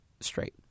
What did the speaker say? straight